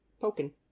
poking